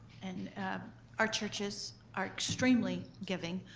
and our churches are extremely giving.